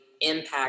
impact